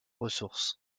ressources